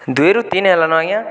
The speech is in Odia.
ଦୁଇରୁ ତିନି ହେଲାନ ଆଜ୍ଞା